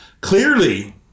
clearly